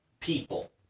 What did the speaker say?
people